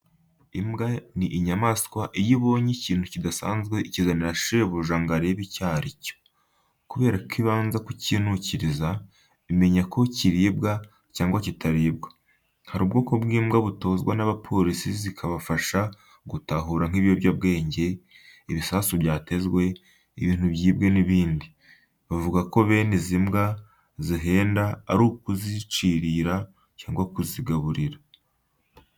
Imbwa ni inyamanswa iyo ibonye ikintu kidasanzwe ikizanira shebuja ngo arebe icyo ari cyo. Kubera ko ibanza kukinukiriza, imenya niba kiribwa cyangwa kitaribwa. Hari ubwoko bw'imbwa butozwa n'abapolisi zikabafasha gutahura nk'ibiyobyabwenge, ibisasu byatezwe, ibintu byibwe n'ibindi. Bavuga ko bene izi mbwa zihenda ari ukuzicirira cyangwa kuzigaburira.